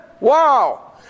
Wow